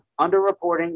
underreporting